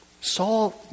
Saul